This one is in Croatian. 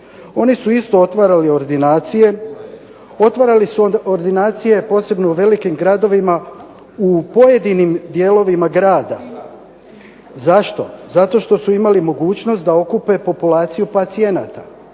ordinacije. Otvarali su ordinacije posebno velikim gradovima u pojedinim dijelovima grada. Zašto? Zato što su imali mogućnost da okupe populaciju pacijenata.